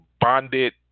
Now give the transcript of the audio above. bonded